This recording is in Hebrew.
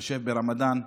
בהתחשב ברמדאן,